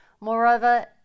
Moreover